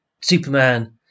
Superman